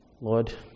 Lord